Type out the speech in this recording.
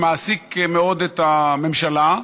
שמעסיק מאוד את הממשלה,